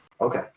Okay